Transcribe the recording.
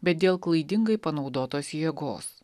bet dėl klaidingai panaudotos jėgos